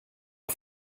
auf